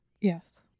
yes